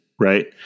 right